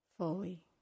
Fully